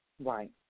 Right